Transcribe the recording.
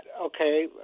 Okay